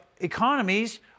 economies